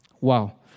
Wow